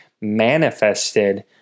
manifested